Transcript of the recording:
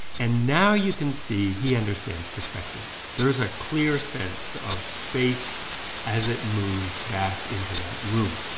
and now you can see he understands perspective. there is a clear sense of space as it moves back into that room